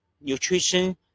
nutrition